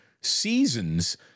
seasons